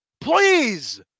Please